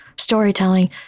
Storytelling